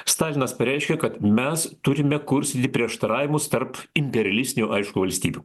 stalinas pareiškė kad mes turime kurstyti prieštaravimus tarp imperialistinių valstybių